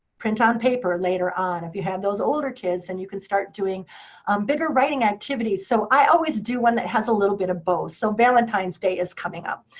print on paper, later on. you have those older kids, and you can start doing um bigger writing activities. so i always do one that has a little bit of both. so valentine's day is coming up.